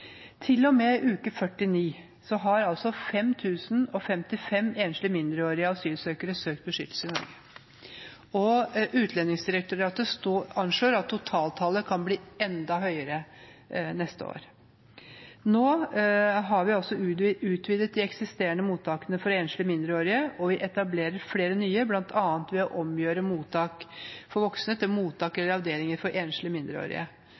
uke 49 har 5 055 enslige mindreårige asylsøkere søkt beskyttelse i Norge. Utlendingsdirektoratet anslår at totaltallet kan bli enda høyere neste år. Nå har vi utvidet de eksisterende mottakene for enslige mindreårige, og vi etablerer flere nye bl.a. ved å omgjøre mottak for voksne til mottak eller avdelinger for enslige mindreårige.